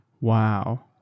Wow